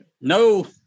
no